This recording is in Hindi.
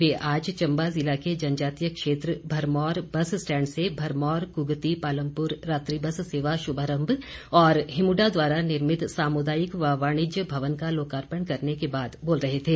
वे आज चंबा जिला के जनजातीय क्षेत्र भरमौर बस स्टेंड से भरमौर कुगती पालमपुर रात्री बस सेवा शुभारंभ और हिमुडा द्वारा निर्मित सामुदायिक व वाणिज्य भवन का लोकार्पण करने के बाद बोल रहे थे